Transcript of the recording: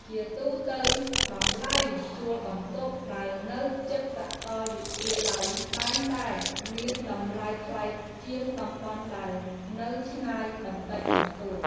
ជាទូទៅ តម្លៃជួលបន្ទប់ដែលនៅជិតសាកលវិទ្យាល័យតែងតែមានតម្លៃថ្លៃជាងតំបន់ដែលនៅឆ្ងាយបន្តិចបន្តួច។